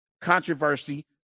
controversy